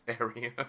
area